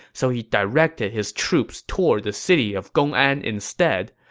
so he directed his troops toward the city of gongan instead.